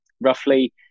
roughly